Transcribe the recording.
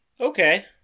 Okay